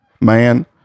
man